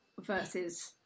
versus